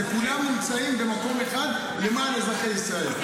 זה כולם נמצאים במקום אחד למען אזרחי ישראל.